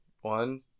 one